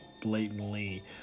blatantly